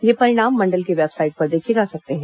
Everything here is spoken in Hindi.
ये परिणाम मंडल की वेबसाइट पर देखे जा सकते हैं